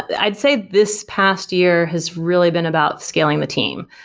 i'd say this past year has really been about scaling the team.